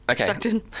Okay